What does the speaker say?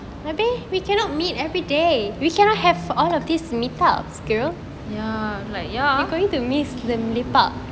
ya like ya